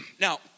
Now